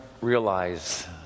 realize